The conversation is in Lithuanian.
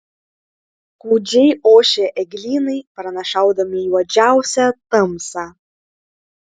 gūdžiai ošė eglynai pranašaudami juodžiausią tamsą